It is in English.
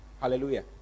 hallelujah